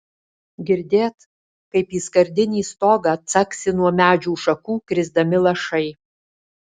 girdėt kaip į skardinį stogą caksi nuo medžių šakų krisdami lašai